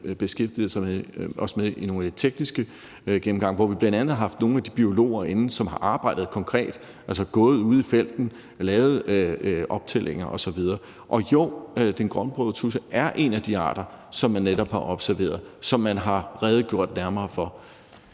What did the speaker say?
beskæftiget os med i nogle af de tekniske gennemgange, hvor vi bl.a. har haft nogle af de biologer inde, som har gået ude i felten og lavet optællinger osv. Og jo, den grønbrogede tudse er en af de arter, som man netop har observeret, som man har redegjort nærmere for.